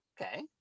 okay